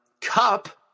Cup